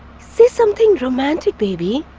say something romantic, baby.